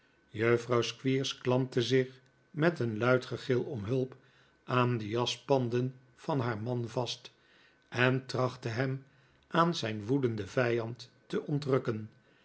juffrouw squeers klampte zich met een luid gegil om hulp aan de jaspanden van haar man vast en trachtte hem aan zijn woedenden vijand te